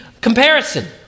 comparison